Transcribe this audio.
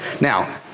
Now